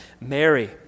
Mary